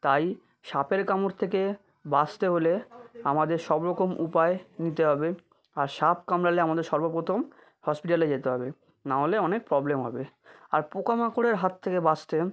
তাই সাপের কামড় থেকে বাঁচতে হলে আমাদের সব রকম উপায় নিতে হবে আর সাপ কামড়ালে আমাদের সর্বপ্রথম হসপিটালে যেতে হবে নাহলে অনেক প্রব্লেম হবে আর পোকা মাকড়ের হাত থেকে বাঁচতে